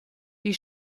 die